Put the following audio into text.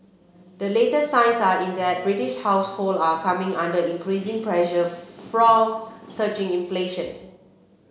the latest signs are in that British household are coming under increasing pressure from surging inflation